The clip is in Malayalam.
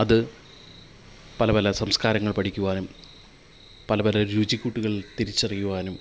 അതു പല പല സംസ്കാരങ്ങൾ പഠിക്കുവാനും പല പല രുചിക്കൂട്ടുകൾ തിരിച്ചറിയുവാനും